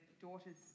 daughters